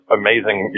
amazing